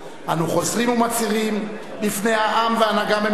אנו חוזרים ומצהירים בפני העם וההנהגה במצרים